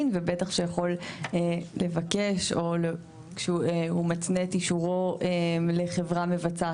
ובטח שיכול לבקש או שהוא מתנה את אישורו לחברה מבצעת,